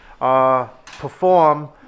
Perform